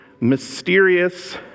mysterious